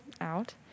out